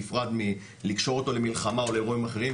נפרד מלקשור אותו למלחמה או לאירועים אחרים,